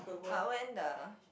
but when the